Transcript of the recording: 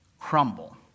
crumble